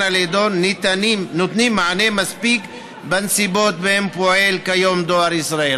על ידו נותנים מענה מספק בנסיבות שבהן פועל כיום דואר ישראל.